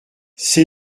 ses